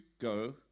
go